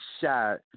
shot